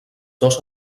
dos